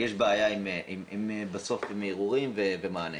יש בעיה בסוף עם הערעורים ומענה.